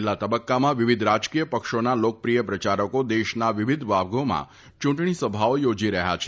છેલ્લા તબકકામાં વિવિધ રાજકીય પક્ષોના લોકપ્રિય પ્રચારકો દેશના વિવિધ ભાગોમાં ચુંટણી સભાઓ યોજી રફયાં છે